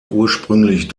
ursprünglich